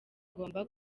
ngomba